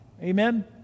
Amen